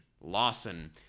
Lawson